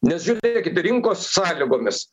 nes žiūrėkit rinkos sąlygomis